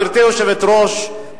גברתי היושבת-ראש,